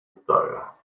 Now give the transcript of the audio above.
style